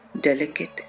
delicate